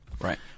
Right